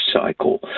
cycle